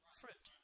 fruit